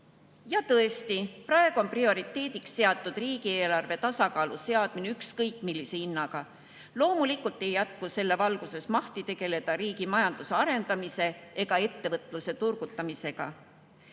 Tõesti, praegu on prioriteediks seatud riigieelarve tasakaalu seadmine ükskõik millise hinnaga. Loomulikult ei jää selles valguses mahti tegeleda riigi majanduse arendamise ega ettevõtluse turgutamisega.